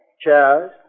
Chairs